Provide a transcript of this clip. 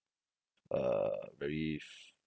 uh very f~